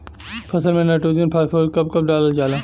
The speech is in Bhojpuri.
फसल में नाइट्रोजन फास्फोरस कब कब डालल जाला?